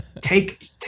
take